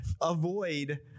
avoid